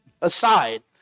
aside